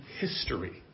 history